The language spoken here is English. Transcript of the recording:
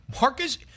Marcus